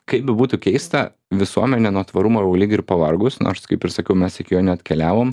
kaip bebūtų keista visuomenė nuo tvarumo jau lyg ir pavargus nors kaip ir sakiau mes iki jo neatkeliavom